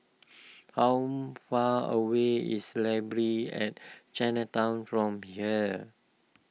how far away is Library at Chinatown from here